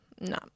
No